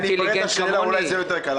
אני אפרט את השאלה, אולי זה יהיה יותר קל.